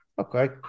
Okay